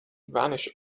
vanished